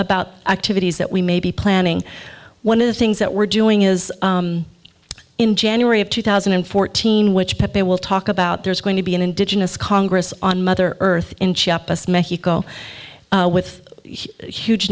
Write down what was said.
about activities that we may be planning one of the things that we're doing is in january of two thousand and fourteen which pet they will talk about there's going to be an indigenous congress on mother earth in